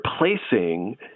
replacing